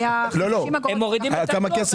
כמה כסף?